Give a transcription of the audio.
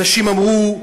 אנשים אמרו: